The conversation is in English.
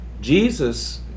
Jesus